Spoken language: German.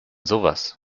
sowas